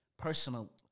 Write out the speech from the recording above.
Personal